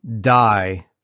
Die